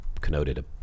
connoted